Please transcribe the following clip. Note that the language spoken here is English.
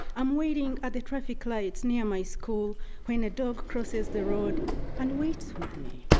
i'm waiting at the traffic lights near my school when a dog crosses the road and waits with me.